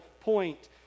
point